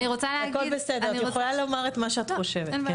הכל בסדר, את יכולה לומר את מה שאת חושבת.